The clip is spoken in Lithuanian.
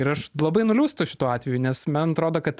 ir aš labai nuliūstu šituo atveju nes man atrodo kad